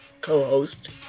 co-host